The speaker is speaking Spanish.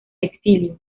exilio